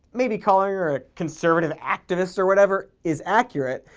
maybe calling her a conservative activist or whatever, is accurate,